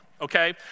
Okay